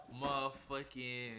motherfucking